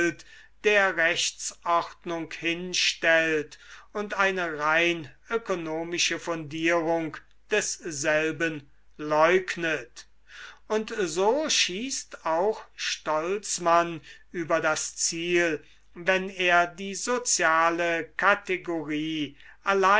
der rechtsordnung hinstellt und eine rein ökonomische fundierung desselben leugnet und so schießt auch stolzmann über das ziel wenn er die soziale kategorie